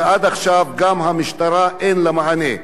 ועד עכשיו גם למשטרה אין מענה.